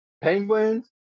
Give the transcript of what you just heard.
Penguins